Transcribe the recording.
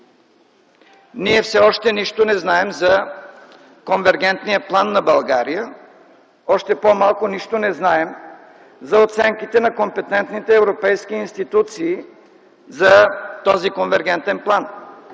Ние все още нищо не знаем за конвергентния план на България, още по-малко нищо не знаем за оценките на компетентните европейски институции за този конвергентен план.